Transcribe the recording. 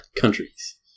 countries